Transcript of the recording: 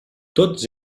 tots